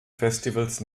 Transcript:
festivals